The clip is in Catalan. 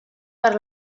per